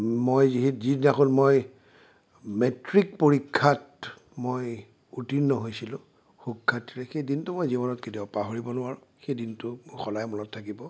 মই যিদিনাখন মই মেট্ৰিক পৰীক্ষাত মই উত্তীৰ্ণ হৈছিলোঁ সুখ্যাতিৰে সেই দিনটো মই জীৱনত কেতিয়াও পাহৰিব নোৱাৰোঁ সেই দিনটো মোৰ সদায় মনত থাকিব